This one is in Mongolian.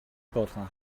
болгон